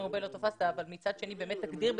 אבל רק רציתי לומר,